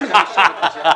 בקיצור.